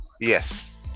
Yes